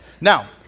Now